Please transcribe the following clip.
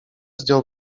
zdjął